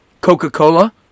Coca-Cola